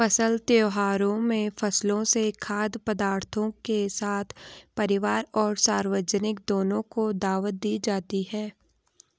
फसल त्योहारों में फसलों से खाद्य पदार्थों के साथ परिवार और सार्वजनिक दोनों को दावत दी जाती है